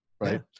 right